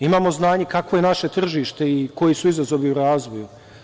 Imamo znanje kakvo je naše tržište i koji su izazovi u razvoju.